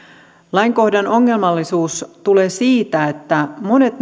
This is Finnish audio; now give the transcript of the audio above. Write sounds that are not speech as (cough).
lainkohdan ongelmallisuus tulee siitä että monet (unintelligible)